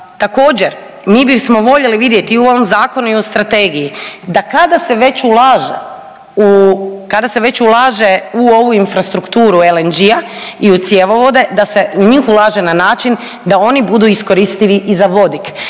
Također mi bismo voljeli vidjeti i u ovom zakonu i Strategiji, da kada se već ulaže u ovu infrastrukturu LNG-a i u cjevovode da se u njih ulaže na način da oni budu iskoristivi i za vodik.